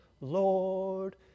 Lord